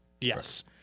Yes